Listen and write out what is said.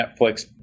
Netflix